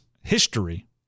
history